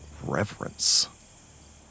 reverence